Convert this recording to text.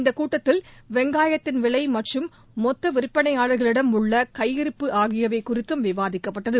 இந்தக்கூட்டத்தில் வெங்காயத்தின் விலை மற்றும் மொத்த விற்பனையாளர்களிடம் உள்ள கையிருப்பு ஆகியவை குறித்தும் விவாதிக்கப்பட்டது